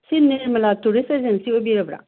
ꯁꯤ Nirmala tourist agency ꯑꯣꯏꯕꯤꯔꯕ꯭ꯔꯥ